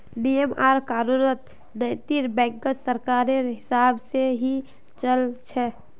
नियम आर कानून नैतिक बैंकत सरकारेर हिसाब से ही चल छ